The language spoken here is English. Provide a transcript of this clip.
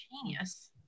genius